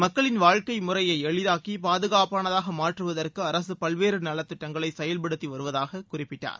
மக்களின் வாழ்க்கை முறையை எளிதாக்கி பாதுகாப்பானதாக மாற்றுவதற்கு அரசு பல்வேறு நலத்திட்டங்களை செயல்படுத்தி வருவதாக குறிப்பிட்டார்